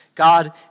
God